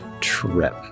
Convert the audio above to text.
trip